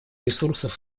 ресурсов